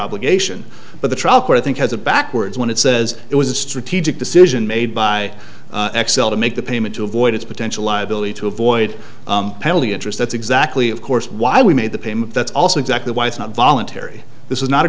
obligation but the trial court i think has a backwards when it says it was a strategic decision made by xcel to make the payment to avoid its potential liability to avoid penalty interest that's exactly of course why we made the payment that's also exactly why it's not voluntary this is not a